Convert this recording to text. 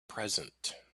present